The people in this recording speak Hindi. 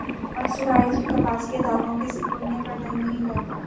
मर्सराइज्ड कपास के धागों के सिकुड़ने का डर नहीं रहता